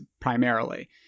primarily